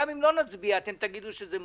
וגם אם לא נצביע אתם תגידו שזה מאושר.